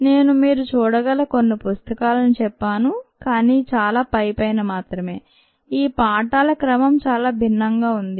నేను మీరు చూడగల కొన్ని పుస్తకాలు చెప్పాను కానీ చాలా పైపైన మాత్రమే ఈ పాఠాల క్రమం చాలా భిన్నంగా ఉంది